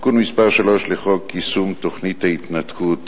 תיקון מס' 3 לחוק יישום תוכנית ההתנתקות